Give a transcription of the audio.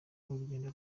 n’urugendo